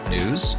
News